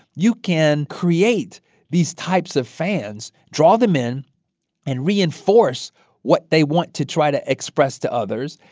you can create these types of fans, draw them in and reinforce what they want to try to express to others.